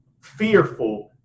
fearful